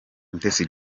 mutesi